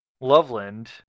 Loveland